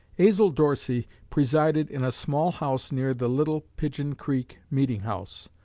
azel dorsey presided in a small house near the little pigeon creek meeting-house,